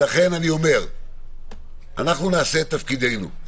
אנחנו נעשה את תפקידנו.